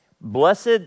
blessed